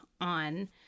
on